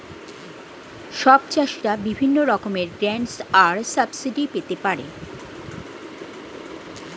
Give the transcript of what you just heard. সব চাষীরা বিভিন্ন রকমের গ্র্যান্টস আর সাবসিডি পেতে পারে